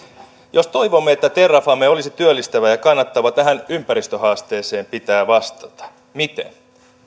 jos toivomme että terrafame olisi työllistävä ja kannattava tähän ympäristöhaasteeseen pitää vastata miten